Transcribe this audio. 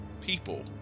people